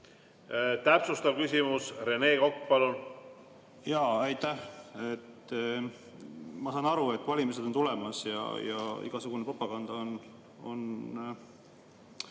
Täpsustav küsimus, Rene Kokk, palun! Aitäh! Ma saan aru, et valimised on tulemas ja igasugune propaganda on